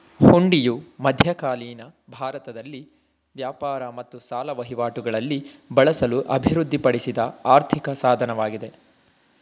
ಹುಂಡಿಯು ಮಧ್ಯಕಾಲೀನ ಭಾರತದಲ್ಲಿ ವ್ಯಾಪಾರ ಮತ್ತು ಸಾಲ ವಹಿವಾಟುಗಳಲ್ಲಿ ಬಳಸಲು ಅಭಿವೃದ್ಧಿಪಡಿಸಿದ ಆರ್ಥಿಕ ಸಾಧನವಾಗಿದೆ